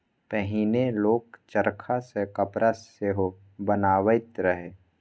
पहिने लोक चरखा सँ कपड़ा सेहो बनाबैत रहय